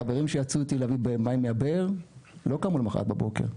החברים שיצאו איתי להביא מים מהבאר לא קמו למחרת בבוקר.